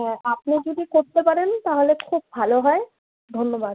হ্যাঁ আপনি যদি করতে পারেন তাহলে খুব ভালো হয় ধন্যবাদ